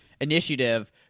initiative